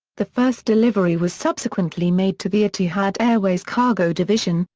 the first delivery was subsequently made to the etihad airways cargo division,